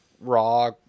Raw